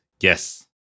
Yes